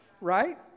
Right